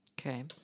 Okay